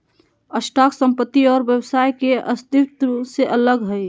stock संपत्ति और व्यवसाय के अस्तित्व से अलग हइ